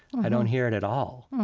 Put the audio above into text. i don't hear it at all,